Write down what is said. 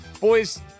Boys